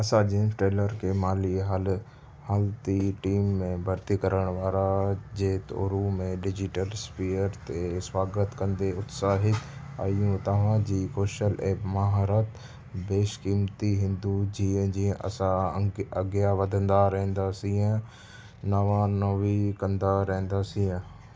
असां James Taylor खे माली हालति हालति टीम में भर्ती करणु वारा जे तौर में डिजिटलस्फ़ीयर ते स्वागत कंदे उत्साहित आहियूं तव्हां जी कौशल ऐं महारत बेशक़ीमती हिंदू जीअं जीअं असां अं अॻियां वधंदा रहंदासीं ऐं नवानवी कंदा रहंदासीं